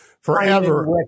Forever